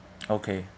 okay